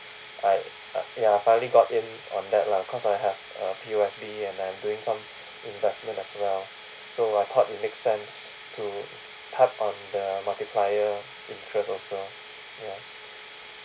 I ya finally got in on that lah cause I have a P_O_S_B and I'm doing some investment as well so I thought it make sense to tap on the multiplier interest also